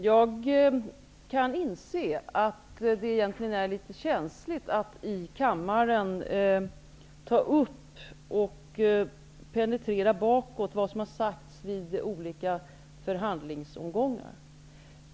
Jag kan inse att det egentligen är litet känsligt att i kammaren ta upp och penetrera bakåt vad som har sagts vid olika förhandlingsomgångar.